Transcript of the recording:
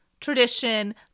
tradition